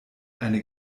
eine